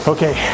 Okay